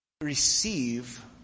receive